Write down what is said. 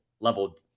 level